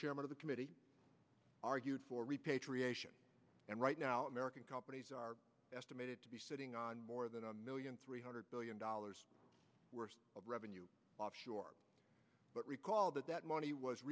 chairman of the committee argued for repatriation and right now american companies are estimated to be sitting on more than a million three hundred billion dollars worth of revenue offshore but recall that that money was